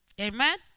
Amen